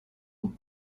bout